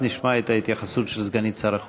ואז נשמע את ההתייחסות של סגנית שר החוץ.